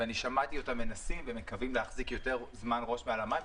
אני שמעתי מהם שהם מנסים ושהם מקווים להחזיק יותר זמן ראש מעל המים,